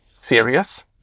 serious